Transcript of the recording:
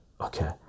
Okay